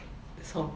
so